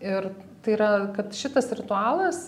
ir tai yra kad šitas ritualas